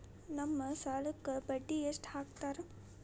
ನಮ್ ಸಾಲಕ್ ಬಡ್ಡಿ ಎಷ್ಟು ಹಾಕ್ತಾರ?